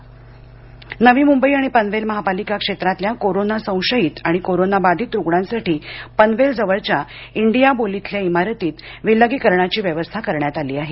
नवीमूंबई नवी मूंबई आणि पनवेल महापालिका क्षेत्रातल्या कोरोना संशयित आणि कोरोना बाधित रूग्णांसाठी पनवेल जवळच्या इंडिया बूल इथल्या इमारती मध्ये विलगीकरणाची व्यवस्था करण्यात आली आहे